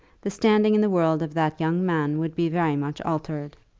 the standing in the world of that young man would be very much altered.